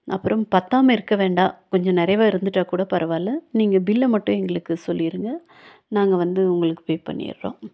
அப்புறம் பத்தாமல் இருக்க வேண்டாம் கொஞ்சம் நிறையவே இருந்துட்டால் கூட பரவாயில்ல நீங்கள் பில்லை மட்டும் எங்களுக்கு சொல்லிடுங்க நாங்கள் வந்து உங்களுக்கு பே பண்ணிடுறோம்